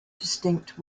distinct